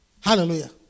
Hallelujah